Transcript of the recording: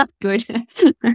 Good